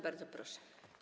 Bardzo proszę.